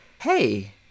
hey